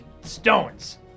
stones